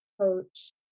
coach